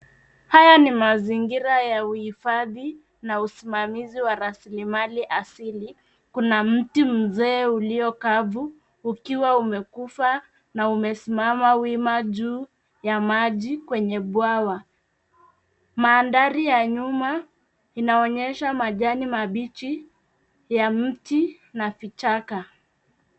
Jaya ni mazingira ya uhifadhi na usimamizi wa raslimali asili. Kuna mti mzee ulio kavu ukiwa umekufa na umesimama wima juu ya maji kwenye bwawa. Mandhari ya nyuma inaonyesha majani mabichi ya mti na vichaka.